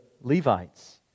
Levites